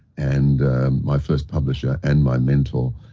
and my first publisher and my mentor.